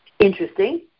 Interesting